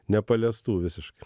nepaliestų visiškai